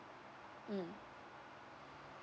mm